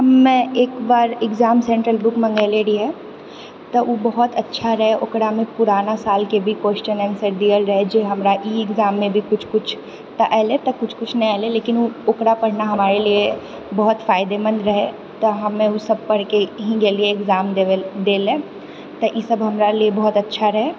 हमे एकबार exam centre book मँगेले रहिए तऽ ओ बहुत अच्छा रहै ओकरामे पुराना सालके भी क्वेस्चन आन्सर देल रहै जे हमरा ई एक्जाममे भी किछु किछु तऽ एलै तऽ किछु किछु नहि एलै लेकिन ओकरा पढ़ना हमारे लिए बहुत फायदेमन्द रहै तऽ हमे ओ सभ पढ़िके ई गेलिए एक्जाम देबे दैलए तऽ ई सभ हमरा लिए बहुत अच्छा रहै